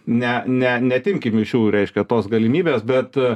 ne ne neatimkim mišių reiškia tos galimybės bet